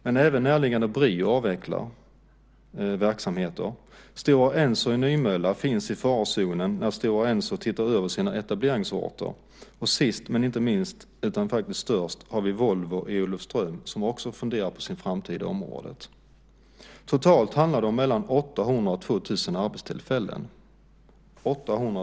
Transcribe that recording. Men även närliggande BRIO avvecklar verksamheter. Stora Enso i Nymölla är i farozonen när Stora Enso tittar över sina etableringsorter. Och sist men inte minst, utan störst, har vi Volvo i Olofström som också funderar på sin framtid i området. Totalt handlar det om mellan 800 och 2 000 arbetstillfällen, herr minister.